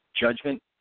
judgment